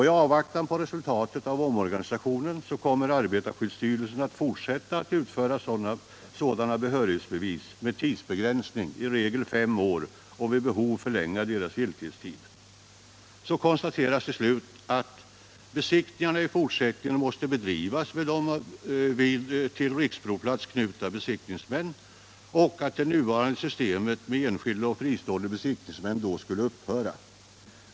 I avvaktan på resultatet av omorganisationen kommer arbetarskyddsstyrelsen att fortsätta att utfärda sådana behörighetsbevis med tidsbegränsning — i regel fem år — och vid behov förlänga deras giltighetstid. Så konstateras till slut, att besiktningarna i fortsättningen måste bedrivas vid till riksprovplats knutna besiktningsmän och att det nuvarande systemet med enskilda och fristående besiktningsmän då skulle upphöra.